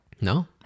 No